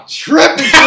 tripping